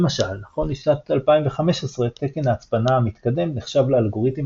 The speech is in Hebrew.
למשל נכון לשנת 2015 תקן ההצפנה המתקדם נחשב לאלגוריתם